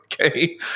okay